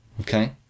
Okay